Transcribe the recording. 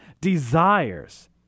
desires